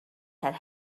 had